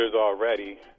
already